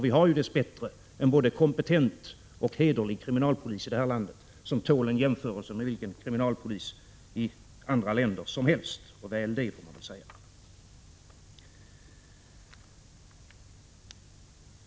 Vi har dess bättre en både kompetent och hederlig kriminalpolis i det här landet. Den tål jämförelse med kriminalpolisen i vilka andra länder som helst — och väl det, får man väl säga.